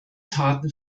taten